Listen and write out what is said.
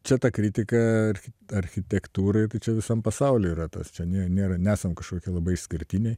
čia ta kritika architektūrai tai čia visam pasauly yra tas čia nie nėra nesam kažkokie labai išskirtiniai